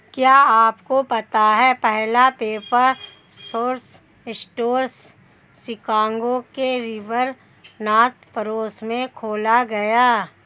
क्या आपको पता है पहला पेपर सोर्स स्टोर शिकागो के रिवर नॉर्थ पड़ोस में खोला गया?